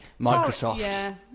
Microsoft